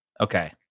Okay